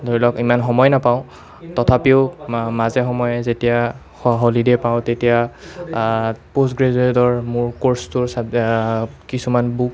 ধৰি লওক ইমান সময় নাপাওঁ তথাপিও মাজে সময়ে যেতিয়া হ হলিডে পাওঁ তেতিয়া পষ্টগ্ৰেজুয়েটৰ মোৰ ক'ৰ্চটো ছাবজে কিছুমান বুক